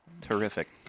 Terrific